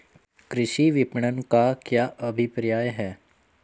कृषि विपणन का क्या अभिप्राय है?